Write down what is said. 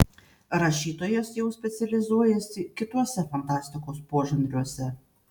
rašytojas jau specializuojasi kituose fantastikos požanriuose